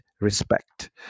respect